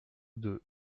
deux